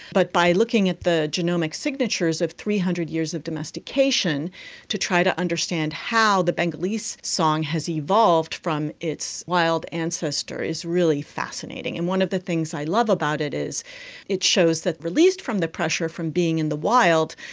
but by looking at the genomic signatures of three hundred years of domestication to try to understand how the bengalese song has evolved from its wild ancestor is really fascinating. and one of the things i love about it is that it shows that released from the pressure from being in the wild,